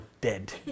dead